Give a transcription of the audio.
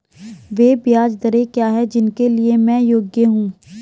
वे ब्याज दरें क्या हैं जिनके लिए मैं योग्य हूँ?